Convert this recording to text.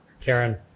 karen